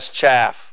chaff